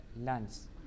lands